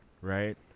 right